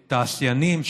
שתעשיינים,